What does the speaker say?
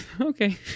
Okay